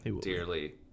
Dearly